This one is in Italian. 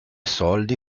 soldi